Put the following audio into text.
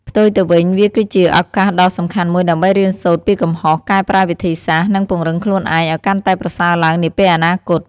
ផ្ទុយទៅវិញ វាគឺជា ឱកាសដ៏សំខាន់មួយដើម្បីរៀនសូត្រពីកំហុស កែប្រែវិធីសាស្រ្ត និងពង្រឹងខ្លួនឯង ឲ្យកាន់តែប្រសើរឡើងនាពេលអនាគត។